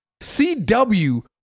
CW